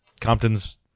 Compton's